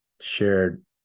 shared